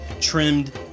trimmed